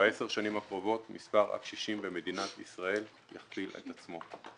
ב-10 השנים הקרובות מספר הקשישים במדינת ישראל יכפיל את עצמו.